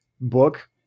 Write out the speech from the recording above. book